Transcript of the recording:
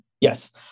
Yes